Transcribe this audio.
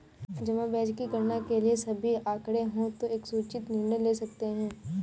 जमा ब्याज की गणना के लिए सभी आंकड़े हों तो एक सूचित निर्णय ले सकते हैं